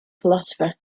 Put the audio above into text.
philosopher